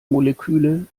moleküle